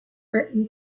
written